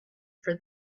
for